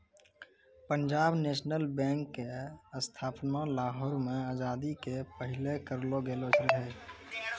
Punjab national bank के स्थापना लाहौर मे आजादी के पहिले करलो गेलो रहै